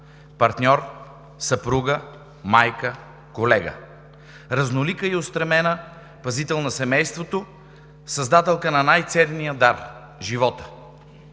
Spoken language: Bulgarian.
партньор, съпруга, майка, колега, разнолика и устремена, пазител на семейството, създателка на най-ценния дар – живота.